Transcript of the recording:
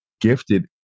gifted